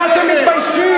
מה אתם מתביישים?